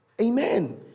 Amen